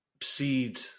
seed